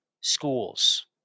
schools